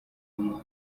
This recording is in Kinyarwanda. uyu